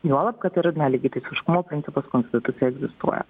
juolab kad ir na lygiateisiškumo principas konstitucijoj egzistuoja